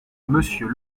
monsieur